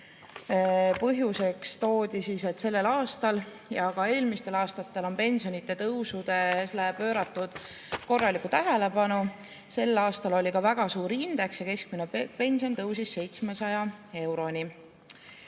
Põhjuseks toodi, et sellel aastal ja ka eelmistel aastatel on pensionide tõusule pööratud korralikku tähelepanu. Sel aastal oli ka väga suur indeks ja keskmine pension tõusis 700